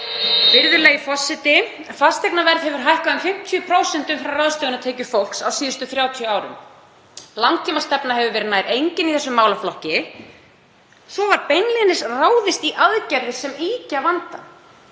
Virðulegi forseti. Fasteignaverð hefur hækkað um 50% umfram ráðstöfunartekjur fólks á síðustu 30 árum. Langtímastefna hefur verið nær engin í þessum málaflokki. Svo var beinlínis ráðist í aðgerðir sem ýkja vandann.